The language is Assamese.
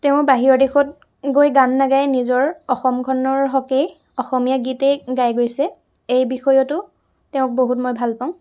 তেওঁ বাহিৰৰ দেশত গৈ গান নাগাই নিজৰ অসমখনৰ হকে অসমীয়া গীতেই গাই গৈছে এই বিষয়তো তেওঁক বহুত মই ভাল পাওঁ